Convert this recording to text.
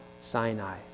Sinai